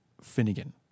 Finnegan